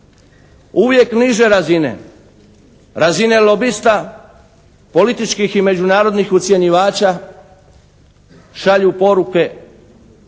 Uvijek niže razine, razine lobista, političkih i međunarodnih ucjenjivača šalju poruke koje